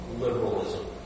liberalism